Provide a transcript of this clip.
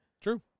True